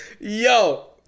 Yo